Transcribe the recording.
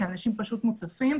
כי אנשים פשוט מוצפים.